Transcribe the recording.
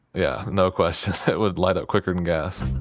yeah, no question. it would light up quicker. and gas